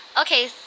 Okay